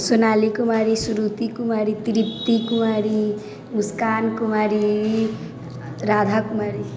Sonali Kumari Shruti Kumari Tripti Kumari Muskan Kumari Radha Kumari